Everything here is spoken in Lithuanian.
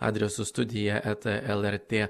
adresu studija eta lrt